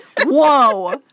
Whoa